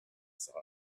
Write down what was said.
side